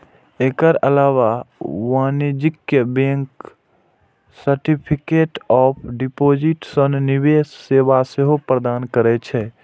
एकर अलावे वाणिज्यिक bank certificate of deposit सन निवेश सेवा सेहो प्रदान करै छै